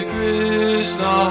Krishna